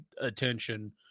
attention